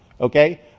okay